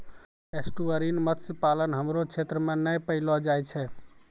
estuarine मत्स्य पालन हमरो क्षेत्र मे नै पैलो जाय छै